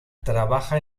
trabaja